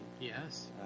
Yes